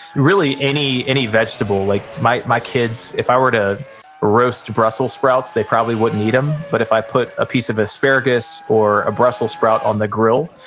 really, any any vegetable. like my my kids, if i were to roast brussel sprouts, they probably wouldn't eat them, but if i put a piece of asparagus or a brussel sprout on the grill,